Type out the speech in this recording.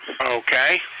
Okay